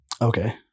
Okay